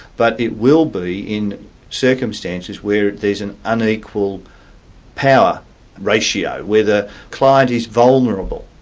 but it will be in circumstances where there's an unequal power ratio where the client is vulnerable,